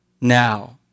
now